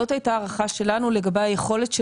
זאת הייתה הערכה שלנו לגבי היכולת של